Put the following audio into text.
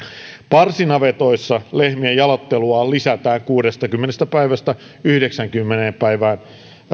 parsinavetoissa lehmien jaloittelua lisätään kuudestakymmenestä päivästä yhdeksäänkymmeneen päivään